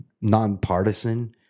nonpartisan